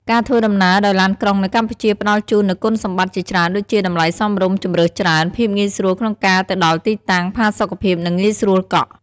ការធ្វើដំណើរដោយឡានក្រុងនៅកម្ពុជាផ្តល់ជូននូវគុណសម្បត្តិជាច្រើនដូចជា តម្លៃសមរម្យ ជម្រើសច្រើន ភាពងាយស្រួលក្នុងការទៅដល់ទីតាំង ផាសុកភាព និងងាយស្រួលកក់។